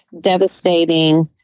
devastating